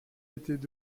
étaient